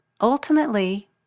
Ultimately